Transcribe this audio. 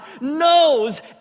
knows